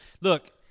Look